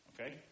Okay